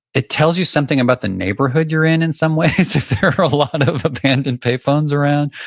it tells you something about the neighborhood you're in in some ways. if there are a lot of abandoned payphones around.